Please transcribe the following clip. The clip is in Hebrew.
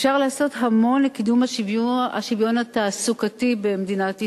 אפשר לעשות המון לקידום השוויון התעסוקתי במדינת ישראל.